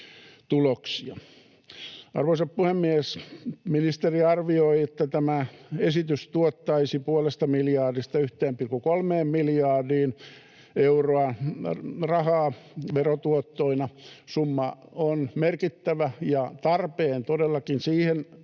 tuloksia. Arvoisa puhemies! Ministeri arvioi, että tämä esitys tuottaisi puolesta miljardista 1,3 miljardiin euroa rahaa verotuottoina. Summa on merkittävä ja tarpeen todellakin siihen